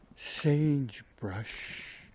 sagebrush